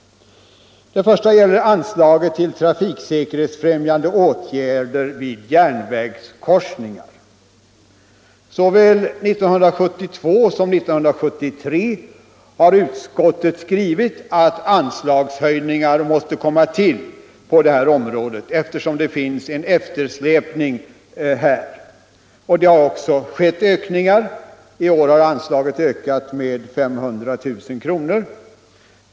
Det första gäller anslaget till trafiksäkerhetsfrämjande åtgärder vid järnvägskorsningar. Såväl 1972 som 1973 har utskottet skrivit att anslagshöjningar måste ske på detta område, eftersom det föreligger en eftersläpning i detta avseende. Det har också genomförts ökningar. I år har anslaget ökat med 500 000 kr.